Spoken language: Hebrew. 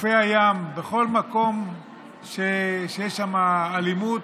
בחופי הים, בכל מקום שיש אלימות,